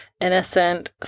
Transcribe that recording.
innocent